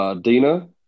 Dina